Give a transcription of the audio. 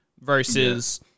Versus